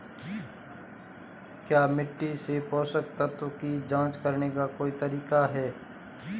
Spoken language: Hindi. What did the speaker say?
क्या मिट्टी से पोषक तत्व की जांच करने का कोई तरीका है?